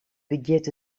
begjint